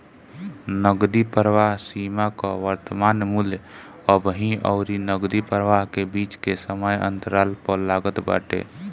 नगदी प्रवाह सीमा कअ वर्तमान मूल्य अबही अउरी नगदी प्रवाह के बीच के समय अंतराल पअ लागत बाटे